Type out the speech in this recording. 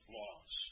laws